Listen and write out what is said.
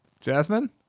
Jasmine